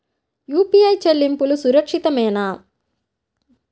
UPI చెల్లింపు సురక్షితమేనా?